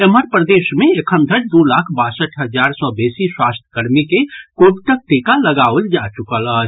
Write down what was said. एम्हर प्रदेश मे एखन धरि दू लाख बासठि हजार सँ बेसी स्वास्थ्यकर्मी के कोविडक टीका लगाओल जा चुकल अछि